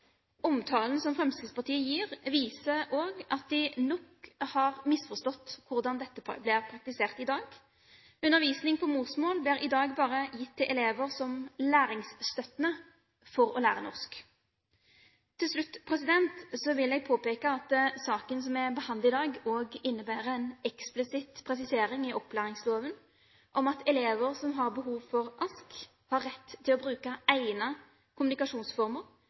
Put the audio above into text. Omtalen som Fremskrittspartiet gir, viser også at de nok har misforstått hvordan dette blir praktisert i dag – undervisning på morsmål blir i dag bare gitt til elever som læringsstøttende for å lære norsk. Til slutt vil jeg påpeke at saken som vi behandler i dag, også innebærer en eksplisitt presisering i opplæringsloven av at elever som har behov for ASK, har rett til å bruke